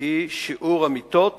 היא שיעור המיטות